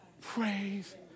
praise